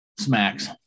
smacks